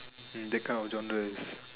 mm that kind of genres